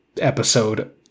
episode